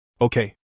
Okay